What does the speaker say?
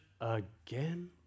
again